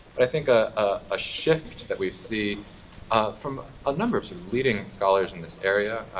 but i think ah ah a shift that we see ah from ah a number of sort of leading scholars in this area.